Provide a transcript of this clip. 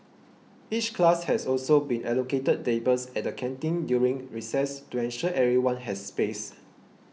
each class has also been allocated tables at the canteen during recess to ensure everyone has space